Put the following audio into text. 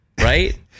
right